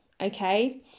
okay